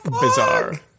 bizarre